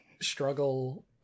struggle